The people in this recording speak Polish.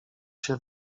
się